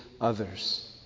others